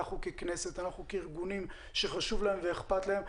ככנסת וכארגונים שחשוב להם ואכפת להם,